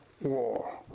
war